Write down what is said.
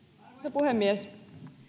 puhemies